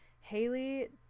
Haley